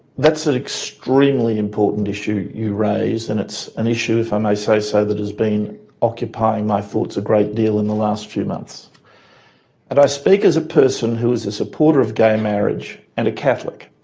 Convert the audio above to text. that's an extremely important issue you raise and it's an issue, if i may say so, that has been occupying my thoughts a great deal in the last few months. and i speak as a person who is a supporter of gay marriage and a catholic.